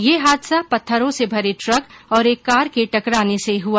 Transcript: यह हादसा पत्थरों से भरे ट्रक और एक कार के टकराने से हुआ